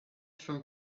from